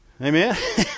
Amen